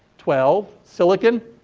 twelve. silicon?